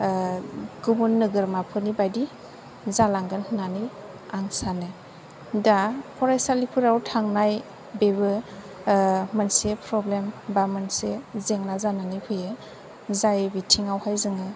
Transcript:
गुबुन नोगोरमाफोरनिबायदि जालांगोन होन्नानै आं सानो दा फरायसालिफोराव थांनाय बेबो मोनसे प्रब्लेम बा मोनसे जेंना जानानै फैयो जाय बिथिङाव हाय जोङो